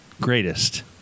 greatest